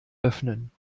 öffnen